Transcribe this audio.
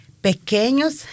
pequeños